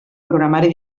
programari